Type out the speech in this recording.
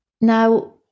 Now